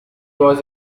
was